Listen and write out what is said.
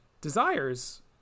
desires